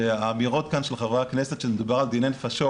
שהאמירות כאן של חברי הכנסת שמדובר על דיני נפשות,